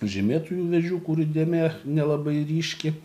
žymėtųjų vėžių kurių dėmė nelabai ryški